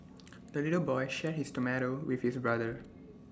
the little boy shared his tomato with his brother